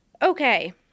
Okay